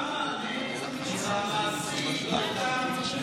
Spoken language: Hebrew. מה המענה המעשי לאותם מועמדים,